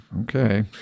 Okay